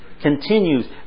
Continues